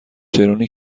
چرونی